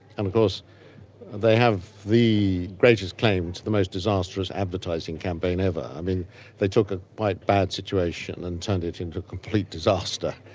and of course they have the greatest claim to the most disastrous advertising campaign ever. they took a quite bad situation and turned it into a complete disaster.